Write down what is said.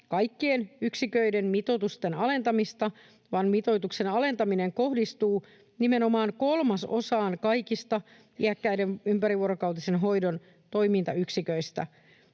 kaikkien yksiköiden mitoitusten alentamista, vaan mitoituksen alentaminen kohdistuu nimenomaan kolmasosaan kaikista iäkkäiden ympärivuorokautisen hoidon toimintayksiköistä.